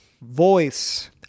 voice